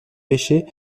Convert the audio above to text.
péchés